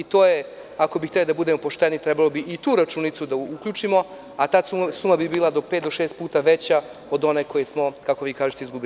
Ako bi hteli da budemo pošteni, trebali bi i tu računicu da uključimo, a ta suma bi bila pet do šest puta veća od one koju smo, kako vi kažete, izgubili.